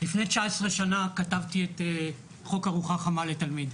לפני 19 שנה כתבתי את חוק ארוחה חמה לתלמיד.